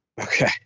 Okay